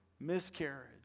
Miscarriage